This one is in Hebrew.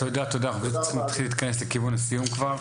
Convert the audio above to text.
תודה אנחנו צריכים להתכנס לכיוון הסיום כבר,